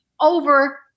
over